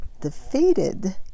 defeated